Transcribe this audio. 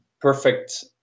perfect